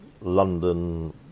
London